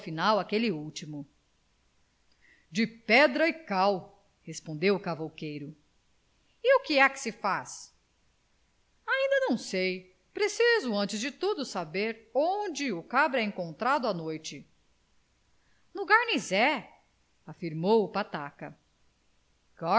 afinal aquele último de pedra e cal respondeu o cavouqueiro e o que é que se faz ainda não sei preciso antes de tudo saber onde o cabra é encontrado à noite no garnisé afirmou o pataca